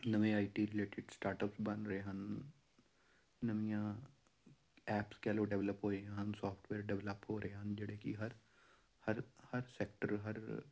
ਨਵੇਂ I T related start up ਬਣ ਰਹੇ ਹਨ ਨਵੀਆਂ ਐਪਸ ਕਹਿ ਲਓ ਡਿਵੈਲਪ ਹੋਏ ਹਨ ਸੋਫਟਵੇਅਰ ਡਿਵੈਲਪ ਹੋ ਰਹੇ ਹਨ ਜਿਹੜੇ ਕਿ ਹਰ ਹਰ ਹਰ ਸੈਕਟਰ ਹਰ